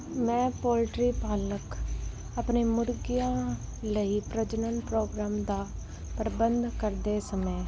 ਮੈਂ ਪੋਲਟਰੀ ਪਾਲਕ ਆਪਣੇ ਮੁਰਗੀਆਂ ਲਈ ਪ੍ਰਜਨਨ ਪ੍ਰੋਗਰਾਮ ਦਾ ਪ੍ਰਬੰਧ ਕਰਦੇ ਸਮੇਂ